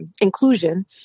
inclusion